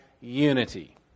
unity